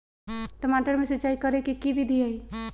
टमाटर में सिचाई करे के की विधि हई?